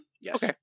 Yes